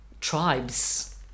tribes